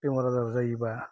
बेमार आजार जायोब्ला